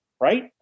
right